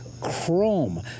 Chrome